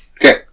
Okay